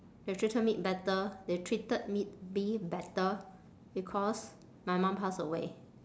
they treated me better they treated me me better because my mum pass away